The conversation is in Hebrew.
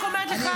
אני רק אומרת לך: